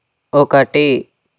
ఒకటి